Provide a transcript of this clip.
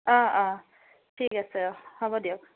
অঁ অঁ ঠিক আছে অঁ হ'ব দিয়ক